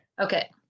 Okay